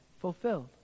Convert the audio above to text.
fulfilled